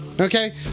Okay